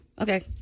okay